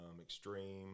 extreme